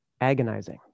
agonizing